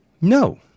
no